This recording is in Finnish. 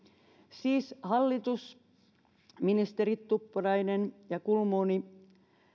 siis hallitus ministerit tuppurainen ja kulmuni